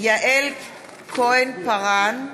יעל כהן-פארן,